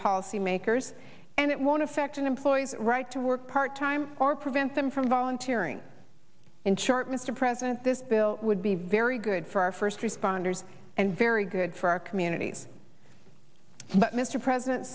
policy makers and it won't affect an employee's right to work part time or prevent them from volunteering in chart mr president this bill would be very good for our first responders and very good for our communities but mr president